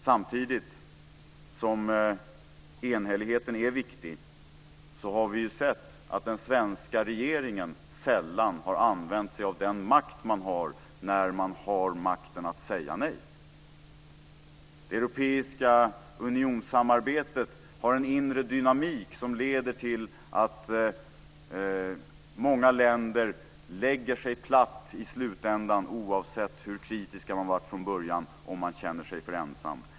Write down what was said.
Samtidigt som enhälligheten är viktig har vi sett att den svenska regeringen sällan har använt sig av den makt man har när man har makten att säga nej. Det europeiska unionssamarbetet har en inre dynamik som leder till att många länder lägger sig platta i slutändan oavsett hur kritisk man har varit från början om man känner sig för ensam.